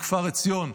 מכפר עציון,